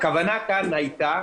הכוונה הייתה